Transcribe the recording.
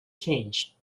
changed